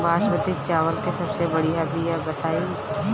बासमती चावल के सबसे बढ़िया बिया बताई?